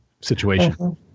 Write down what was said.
situation